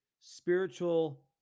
spiritual